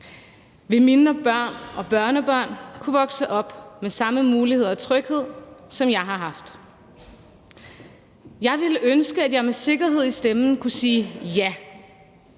Vil mine børn og børnebørn kunne vokse op med samme muligheder og tryghed, som jeg har haft? Jeg ville ønske, at jeg med sikkerhed i stemmen kunne sige ja,